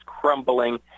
crumbling